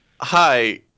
Hi